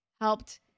helped